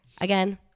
Again